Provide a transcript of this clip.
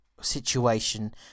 situation